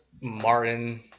Martin